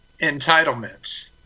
entitlements